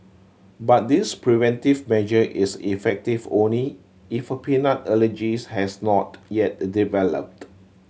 but this preventive measure is effective only if a peanut allergies has not yet developed